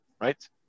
Right